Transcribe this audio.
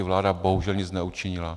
Vláda bohužel nic neučinila.